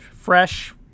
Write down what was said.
fresh